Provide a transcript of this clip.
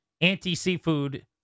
anti-seafood